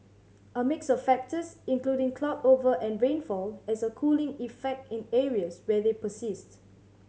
a mix of factors including cloud over and rainfall as a cooling effect in areas where they persist